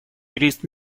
юрист